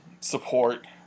support